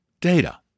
data